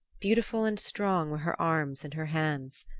beautiful and strong were her arms and her hands.